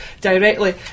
directly